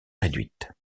réduite